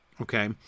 Okay